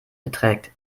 beträgt